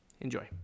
Enjoy